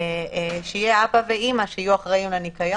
שיהיו אבא ואמא שיהיו אחראיים לניקיון.